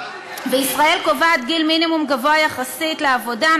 ישראל קובעת גיל מינימום גבוה יחסית לעבודה,